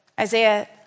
Isaiah